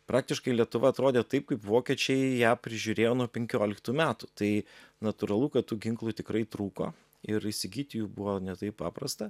praktiškai lietuva atrodė taip kaip vokiečiai ją prižiūrėjo nuo penkioliktų metų tai natūralu kad tų ginklų tikrai trūko ir įsigyti jų buvo ne taip paprasta